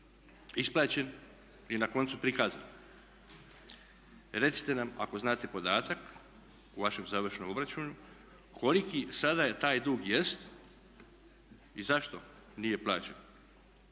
isplaćen i na koncu prikazan? Recite nam ako znate podatak, u vašem završnom obraćanju, koliki sada taj dug jest i zašto nije plaćen.